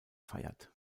feiert